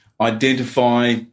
identify